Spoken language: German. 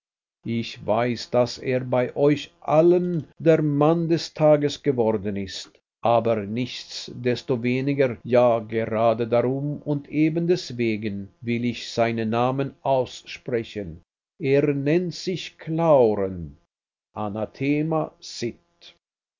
ich weiß daß er bei euch allen der mann des tages geworden ist aber nichtsdestoweniger ja gerade darum und eben deswegen will ich seinen namen aussprechen er nennt sich clauren anathema